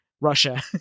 russia